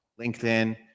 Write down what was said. LinkedIn